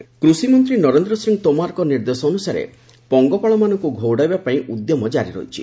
locust control କୃଷିମନ୍ତ୍ରୀ ନରେନ୍ଦ୍ର ସିଂହ ତୋମରଙ୍କ ନିର୍ଦ୍ଦେଶାନ୍ରସାରେ ପଙ୍ଗପାଳମାନଙ୍କୁ ଘଉଡ଼ାଇବା ପାଇଁ ଉଦ୍ୟମ ଜାରି ରହିଛି